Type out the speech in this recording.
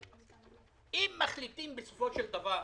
אם מחליטים בסופו של דבר